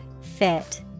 fit